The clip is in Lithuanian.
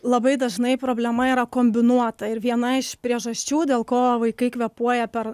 labai dažnai problema yra kombinuota ir viena iš priežasčių dėl ko vaikai kvėpuoja per